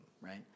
right